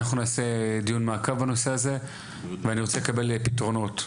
אנחנו נעשה דיון מעקב בנושא הזה ואני ארצה לקבל פתרונות.